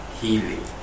healing